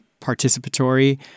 participatory